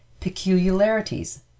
Peculiarities